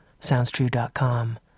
SoundsTrue.com